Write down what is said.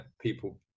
people